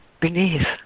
beneath